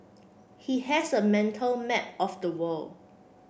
he has a mental map of the world